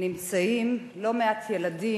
נמצאים לא מעט ילדים,